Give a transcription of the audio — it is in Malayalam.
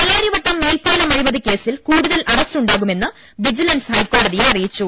പാലാരിവട്ടം മേൽപ്പാലം അഴിമതിക്കേസിൽ കൂടുതൽ അറ സ്റ്റുണ്ടാകുമെന്ന് വിജിലൻസ് ഹൈക്കോടതിയെ അറിയിച്ചു